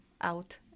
out